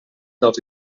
dels